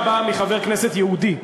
דווקא במקרה זה ההאשמה באה מחבר כנסת יהודי.